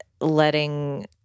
letting